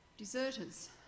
Deserters